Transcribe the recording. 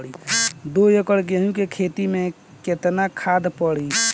दो एकड़ गेहूँ के खेत मे केतना खाद पड़ी?